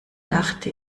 dachte